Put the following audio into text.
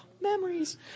Memories